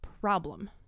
problem